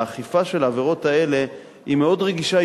האכיפה של העבירות האלה היא מאוד רגישה,